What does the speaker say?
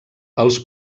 els